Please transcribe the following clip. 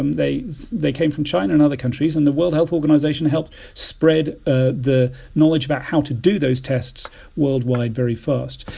um they they came from china and other countries. and the world health organization helped spread ah the knowledge about how to do those tests worldwide very first.